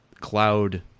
cloud